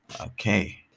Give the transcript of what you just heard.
Okay